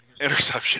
interception